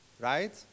right